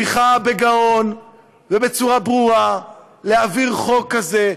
צריכה בגאון ובצורה ברורה להעביר חוק כזה,